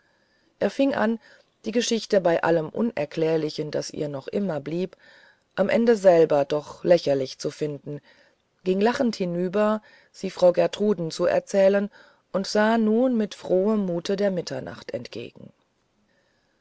er fing an die geschichte bei allem unerklärlichen das ihr noch immer blieb am ende selber doch lächerlich zu finden ging lachend hinüber sie frau gertruden zu erzählen und sah nun mit frohem mute der mitternacht entgegen